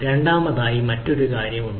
രണ്ടാമതായി മറ്റൊരു കാര്യം ഉണ്ട്